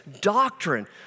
doctrine